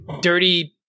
dirty